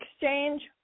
exchange